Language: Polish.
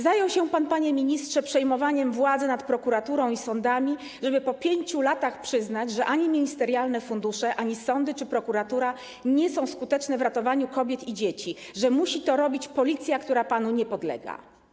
Zajął się pan, panie ministrze, przejmowaniem władzy nad prokuraturą i sądami, żeby po 5 latach przyznać, że ani ministerialne fundusze, ani sądy czy prokuratura nie są skuteczne w ratowaniu kobiet i dzieci, że musi to robić Policja, która panu nie podlega.